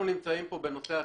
אנחנו נמצאים פה בנושא הטיסות,